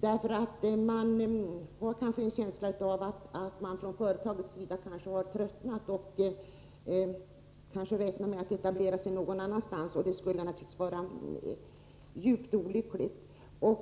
De har en känsla av att man från företagets sida har tröttnat och kanske räknar med att etablera sig någon annanstans. Det skulle naturligtvis vara djupt olyckligt om